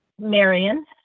Marion